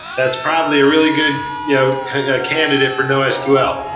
that's probably a really good yeah kind of candidate for nosql.